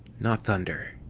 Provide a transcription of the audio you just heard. not thunder.